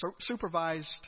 supervised